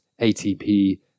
ATP